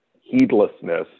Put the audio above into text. heedlessness